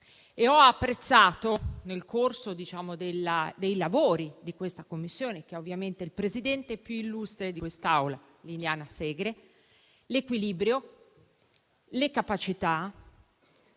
e ho apprezzato, nel corso dei lavori di questa Commissione, che ha ovviamente il Presidente più illustre di quest'Aula, Liliana Segre, l'equilibrio, le capacità